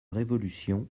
révolution